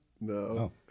No